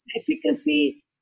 efficacy